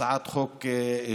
הצעת חוק דומה,